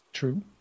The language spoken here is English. true